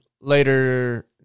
later